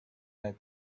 that